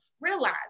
realize